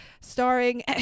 starring